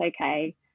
okay